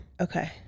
Okay